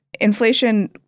inflation